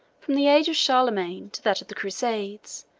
from the age of charlemagne to that of the crusades,